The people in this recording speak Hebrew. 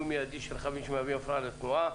מיידי של רכבים שמהווים הפרעה לתנועה.